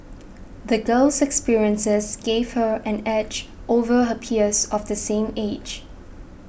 the girl's experiences gave her an edge over her peers of the same age